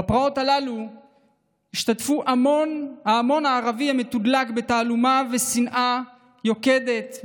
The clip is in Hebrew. בפרעות הללו השתתף ההמון הערבי המתודלק בתעמולה ושנאה יוקדת,